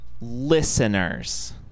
listeners